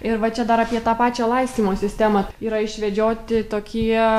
ir va čia dar apie tą pačią laistymo sistemą yra išvedžioti tokie